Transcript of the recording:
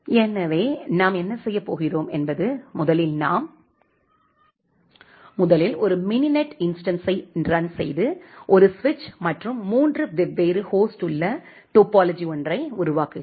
எனவே நாம் என்ன செய்யப் போகிறோம் என்பது முதலில் நாம் எனவே முதலில் ஒரு மினிநெட் இன்ஸ்டன்ஸ்யை ரன் செய்து ஒரு சுவிட்ச் மற்றும் மூன்று வெவ்வேறு ஹோஸ்ட் உள்ள டோபோலொஜி ஒன்றை உருவாக்குகிறோம்